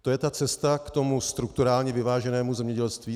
To je ta cesta k tomu strukturálně vyváženému zemědělství?